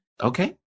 Okay